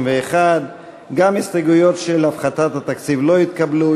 61. גם ההסתייגויות של הפחתת התקציב לא התקבלו.